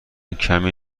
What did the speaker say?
کمی